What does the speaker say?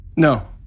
No